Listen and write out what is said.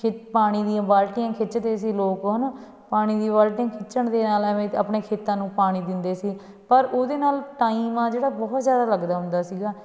ਕਿ ਪਾਣੀ ਦੀਆਂ ਬਾਲਟੀਆਂ ਖਿੱਚਦੇ ਸੀ ਲੋਕ ਹੈ ਨਾ ਪਾਣੀ ਦੀ ਬਾਲਟੀ ਖਿੱਚਣ ਦੇ ਨਾਲ ਇਵੇਂ ਆਪਣੇ ਖੇਤਾਂ ਨੂੰ ਪਾਣੀ ਦਿੰਦੇ ਸੀ ਪਰ ਉਹਦੇ ਨਾਲ ਟਾਈਮ ਆ ਜਿਹੜਾ ਬਹੁਤ ਜ਼ਿਆਦਾ ਲੱਗਦਾ ਹੁੰਦਾ ਸੀਗਾ